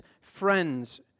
friends